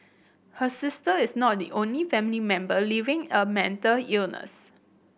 her sister is not the only family member living a mental illness